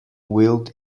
wield